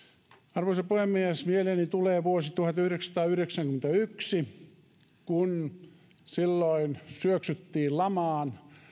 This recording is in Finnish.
arvoisa puhemies mieleeni tulee vuosi tuhatyhdeksänsataayhdeksänkymmentäyksi silloin syöksyttiin lamaan